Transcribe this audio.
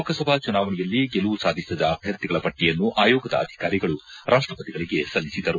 ಲೋಕಸಭಾ ಚುನಾವಣೆಯಲ್ಲಿ ಗೆಲುವು ಸಾಧಿಸಿದ ಅಭ್ಯರ್ಥಿಗಳ ಪಟ್ಟಿಯನ್ನು ಆಯೋಗದ ಅಧಿಕಾರಿಗಳು ರಾಷ್ಟಪತಿಗಳಿಗೆ ಸಲ್ಲಿಸಿದರು